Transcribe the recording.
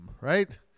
right